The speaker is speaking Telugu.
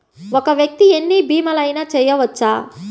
ఒక్క వ్యక్తి ఎన్ని భీమలయినా చేయవచ్చా?